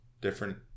different